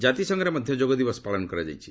କାତିସଂଘରେ ମଧ୍ୟ ଯୋଗ ଦିବସ ପାଳନ କରାଯାଇଛି